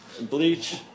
Bleach